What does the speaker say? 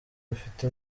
rufite